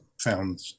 found